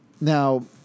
Now